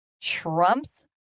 Trump's